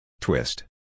Twist